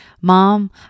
Mom